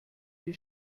die